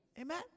Amen